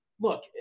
Look